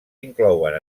inclouen